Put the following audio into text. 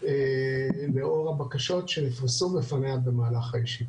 לאור הבקשות שנפרסו בפניה במהלך הישיבות.